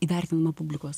įvertinama publikos